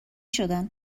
شدن